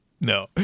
no